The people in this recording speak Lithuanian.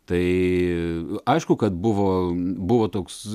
tai aišku kad buvo buvo toks